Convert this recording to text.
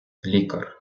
лікар